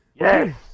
yes